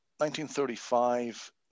1935